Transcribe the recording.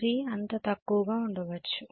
3 అంత తక్కువగా ఉండొచ్చు